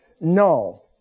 No